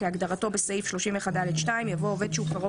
כהגדרתו בסעיף 31(ד)(2)" יבוא "עובד שהוא קרוב